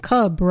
Cub